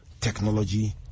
technology